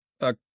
A